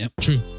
true